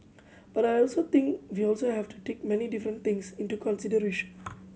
but I also think we also have to take many different things into consideration